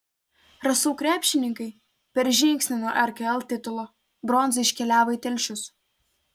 rasų krepšininkai per žingsnį nuo rkl titulo bronza iškeliavo į telšius